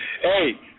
Hey